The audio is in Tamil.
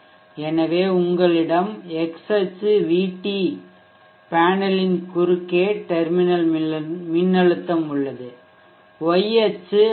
எனவே உங்களிடம் x அச்சு VT பேனலின் குறுக்கே டெர்மினல் மின்னழுத்தம் உள்ளது y அச்சு iTaverage